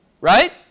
Right